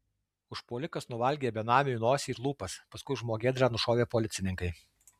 užpuolikas nuvalgė benamiui nosį ir lūpas paskui žmogėdrą nušovė policininkai